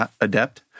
adept